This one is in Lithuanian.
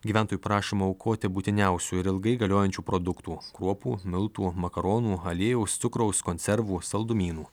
gyventojų prašoma aukoti būtiniausių ir ilgai galiojančių produktų kruopų miltų makaronų aliejaus cukraus konservų saldumynų